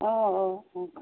অঁ অঁ অঁ